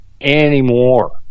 anymore